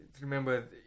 remember